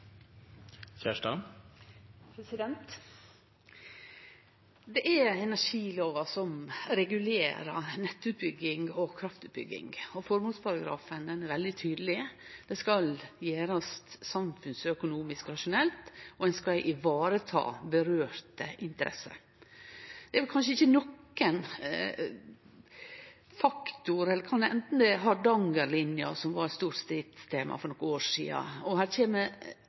sak. Det er energilova som regulerer nettutbygging og kraftutbygging, og føremålsparagrafen er veldig tydeleg: Det skal gjerast samfunnsøkonomisk rasjonelt, og ein skal vareta interesser som blir råka. Hardangerlinja, som var eit stort stridstema for nokre år sidan, er eit eksempel, og det kjem